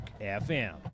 FM